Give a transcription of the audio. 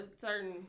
certain